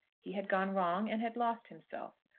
he had gone wrong, and had lost himself.